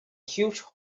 huge